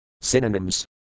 Synonyms